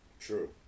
True